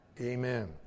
amen